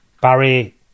Barry